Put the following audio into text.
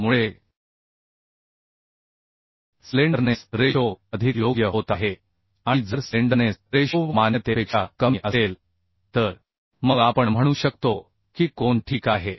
त्यामुळे slenderness ratio अधिक योग्य होत आहे आणि जर स्लेंडरनेस रेशो मान्यतेपेक्षा कमी असेल तर मग आपण म्हणू शकतो की कोन ठीक आहे